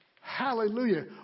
Hallelujah